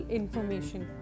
information